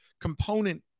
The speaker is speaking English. component